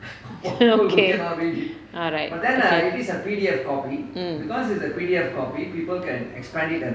okay alright mm